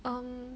um